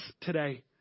today